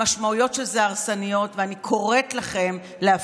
המשמעויות של זה הרסניות, ואני קוראת לכם להפסיק.